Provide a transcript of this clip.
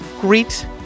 greet